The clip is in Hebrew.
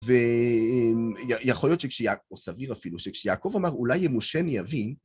ויכול להיות שכשיעקב, או סביר אפילו, שכשיעקב אמר, אולי ימושני אבי